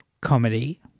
Comedy